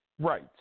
Right